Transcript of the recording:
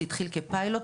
זה התחיל כפיילוט